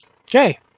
Okay